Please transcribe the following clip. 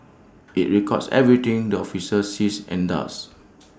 IT records everything the officer sees and does